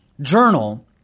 journal